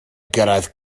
gyrraedd